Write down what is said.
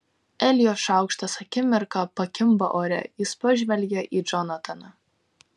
elijo šaukštas akimirką pakimba ore jis pažvelgia į džonataną